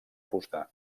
fusta